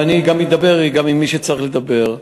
ואני גם אדבר עם מי שצריך לדבר.